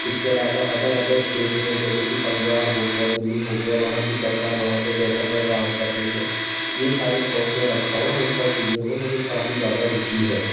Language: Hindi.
इसके अलावा अदर अदर स्टेट में जैसे कि पंजाब हो गया दिल्ली हो गया वहाँ की सरकार वहाँ पर कैसा क्या काम कर रही है यह सारे शौक मैं रखता हूँ और इन सब चीज़ों में मुझे काफ़ी ज़्यादा रुचि है